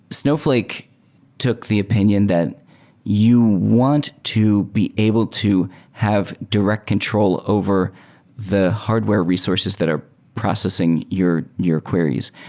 snowfl ake took the opinion that you want to be able to have direct control over the hardware resources that are processing your your queries.